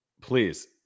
please